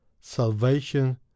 salvation